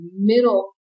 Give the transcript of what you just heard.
middle